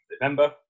November